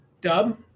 Dub